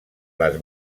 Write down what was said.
les